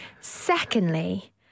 Secondly